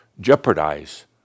jeopardize